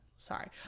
sorry